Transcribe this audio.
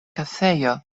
kafejo